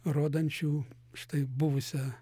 rodančių štai buvusią